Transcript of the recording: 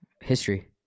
History